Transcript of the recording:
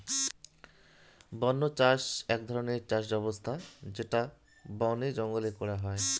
বন্য চাষ আক ধরণের চাষ ব্যবছস্থা যেটো বনে জঙ্গলে করাঙ যাই